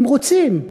הם רוצים.